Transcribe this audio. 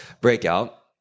breakout